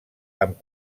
amb